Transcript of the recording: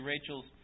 Rachel's